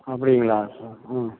அப்படிங்களா ம்ம்